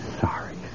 sorry